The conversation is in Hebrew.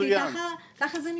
כי ככה זה נשמע.